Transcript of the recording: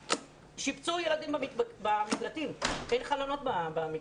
שיבצו ילדים במקלטים אבל אין חלונות בהם.